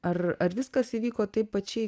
ar ar viskas įvyko taip pačiai